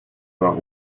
about